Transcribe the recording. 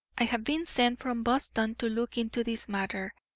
i have been sent from boston to look into this matter,